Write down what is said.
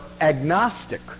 agnostic